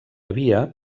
havia